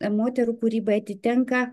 moterų kūrybai atitenka